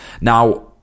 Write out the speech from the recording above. Now